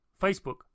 Facebook